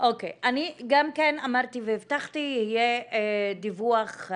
אני גם אמרתי והבטחתי שיהיה דיווח.